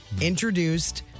introduced